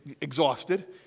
exhausted